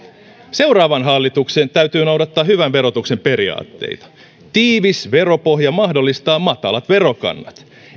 seuraavan hallituksen täytyy noudattaa hyvän verotuksen periaatteita tiivis veropohja mahdollistaa matalat verokannat